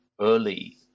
early